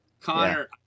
connor